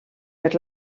per